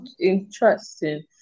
interesting